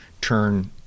turn